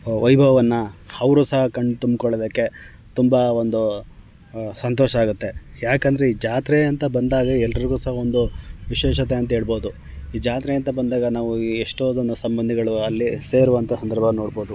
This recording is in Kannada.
ವೈಭವವನ್ನು ಅವರು ಸಹ ಕಣ್ಣು ತುಂಬ್ಕೊಳ್ಳೋದಕ್ಕೆ ತುಂಬ ಒಂದು ಸಂತೋಷ ಆಗುತ್ತೆ ಯಾಕೆಂದ್ರೆ ಈ ಜಾತ್ರೆ ಅಂತ ಬಂದಾಗ ಎಲ್ಲರಿಗೂ ಸಹ ಒಂದು ವಿಶೇಷತೆ ಅಂತ ಹೇಳ್ಬೋದು ಈ ಜಾತ್ರೆ ಅಂತ ಬಂದಾಗ ನಾವೂ ಈ ಎಷ್ಟೋ ಜನ ಸಂಬಂಧಿಗಳು ಅಲ್ಲೇ ಸೇರುವಂಥ ಸಂದರ್ಭ ನೋಡ್ಬೋದು